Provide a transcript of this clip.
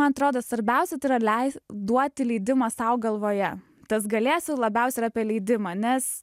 man atrodo svarbiausia tai yra leist duoti leidimą sau galvoje tas galėsiu labiausiai yra apie leidimą nes